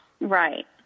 Right